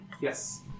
Yes